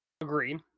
Agreed